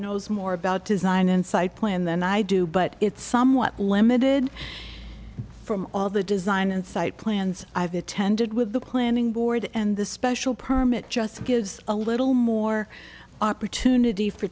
knows more about design and site plan than i do but it's somewhat limited from all the design and site plans i've attended with the planning board and the special permit just gives a little more opportunity for